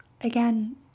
again